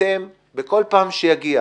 אתם, בכל פעם שיהיה